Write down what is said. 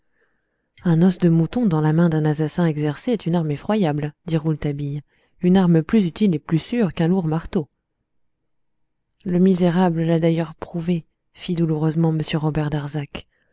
un os de mouton dans la main d'un assassin exercé est une arme effroyable dit rouletabille une arme plus utile et plus sûre qu'un lourd marteau le misérable l'a d'ailleurs prouvé fit douloureusement m robert darzac